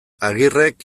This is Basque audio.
agirrek